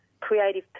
creative